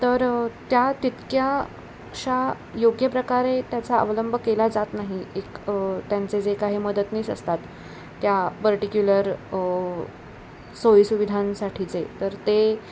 तर त्या तितक्याशा योग्य प्रकारे त्याचा अवलंब केला जात नाही एक त्यांचे जे काही मदतनीस असतात त्या पर्टिक्युलर सोयीसुविधांसाठीचे तर ते